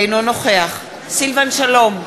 אינו נוכח סילבן שלום,